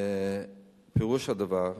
פירוש הדבר,